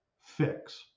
fix